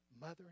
mother